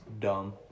dumb